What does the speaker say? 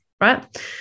Right